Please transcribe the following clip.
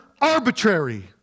arbitrary